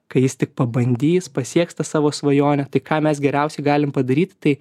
kai jis tik pabandys pasieks tą savo svajonę tai ką mes geriausiai galim padaryti tai